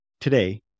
today